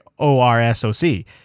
ORSOC